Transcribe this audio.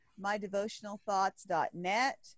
mydevotionalthoughts.net